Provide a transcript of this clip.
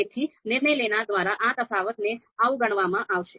તેથી નિર્ણય લેનાર દ્વારા આ તફાવતને અવગણવામાં આવશે